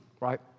right